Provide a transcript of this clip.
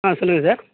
ஆ சொல்லுங்கள் சார்